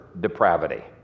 depravity